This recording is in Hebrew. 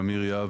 אמיר יהב,